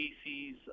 species